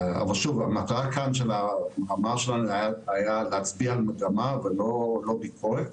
אבל שוב המטרה כאן של המאמר היה להצביע על מגמה ולא ביקורת